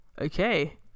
Okay